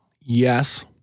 Yes